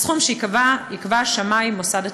בסכום שיקבע שמאי מוסד התכנון.